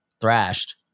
thrashed